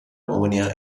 ammonia